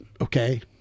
okay